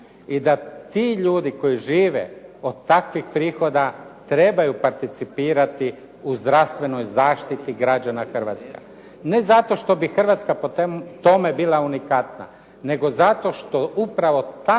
I da ti ljudi koji žive od takvih prihoda trebaju participirati u zdravstvenoj zaštiti građana Hrvatske. Ne zato što bi Hrvatska po tome bila unikatna, nego zato što upravo takva